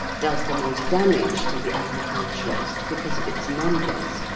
does the most damage to the agriculturist because of its numbers,